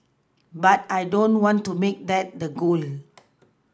but I don't want to make that the goal